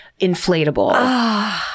Inflatable